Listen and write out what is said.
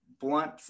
blunt